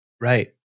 Right